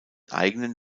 eigenen